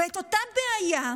ואת אותה בעיה,